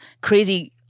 crazy